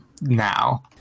now